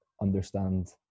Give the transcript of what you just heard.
Understand